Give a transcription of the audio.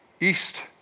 east